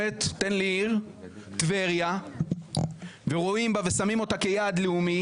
את טבריה ורואים בה ושמים אותה כיעד לאומי,